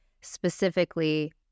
specifically